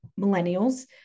millennials